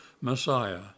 Messiah